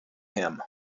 him